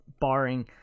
barring